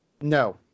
no